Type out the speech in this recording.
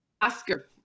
Oscar